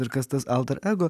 ir kas tas alter ego